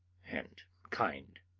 and kind.